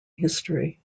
history